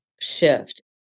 shift